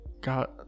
God